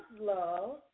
love